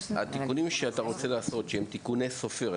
התיקונים שאתה רוצה לעשות הם תיקוני סופר.